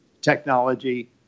technology